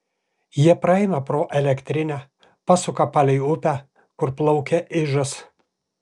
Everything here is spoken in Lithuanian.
jie praeina pro elektrinę pasuka palei upę kur plaukia ižas